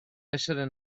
essere